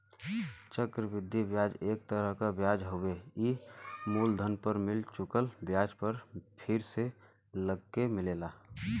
चक्र वृद्धि ब्याज एक तरह क ब्याज हउवे ई मूलधन पर मिल चुकल ब्याज पर फिर से लगके मिलेला